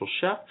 Chef